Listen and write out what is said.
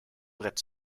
brett